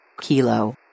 Kilo